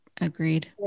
Agreed